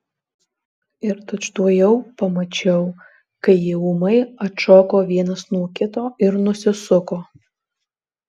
ir tučtuojau pamačiau kai jie ūmai atšoko vienas nuo kito ir nusisuko